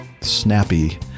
snappy